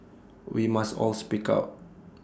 we must all speak out